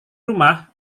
rumah